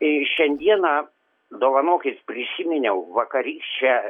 ir šiandieną dovanokit prisiminiau vakarykščią